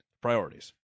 Priorities